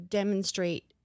demonstrate